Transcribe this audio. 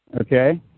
okay